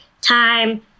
time